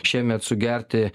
šiemet sugerti